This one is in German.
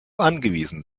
angewiesen